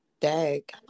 Dag